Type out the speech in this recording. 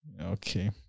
okay